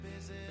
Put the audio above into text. busy